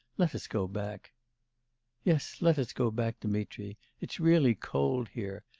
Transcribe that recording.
let us go back yes, let us go back, dmitri. it's really cold here.